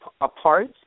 apart